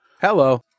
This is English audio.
Hello